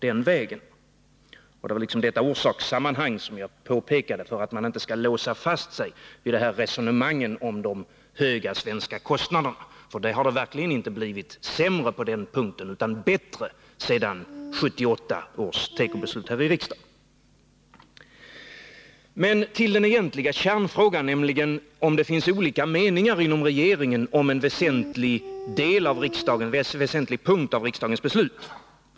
Det var detta orsakssammanhang jag påpekade för att man inte skall låsa fast sig vid resonemangen om de höga svenska kostnaderna. Det har verkligen inte blivit sämre på den punkten utan bättre sedan 1978 års tekobeslut fattades här i riksdagen. Sedan till den egentliga kärnfrågan, huruvida det finns olika meningar inom regeringen på en väsentlig punkt av riksdagens beslut.